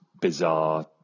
bizarre